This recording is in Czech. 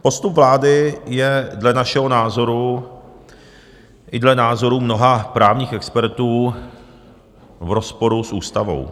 Postup vlády je dle našeho názoru i dle názoru mnoha právních expertů v rozporu s ústavou.